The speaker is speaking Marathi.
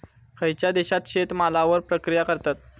खयच्या देशात शेतमालावर प्रक्रिया करतत?